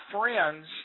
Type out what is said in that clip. friends